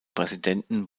präsidenten